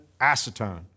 acetone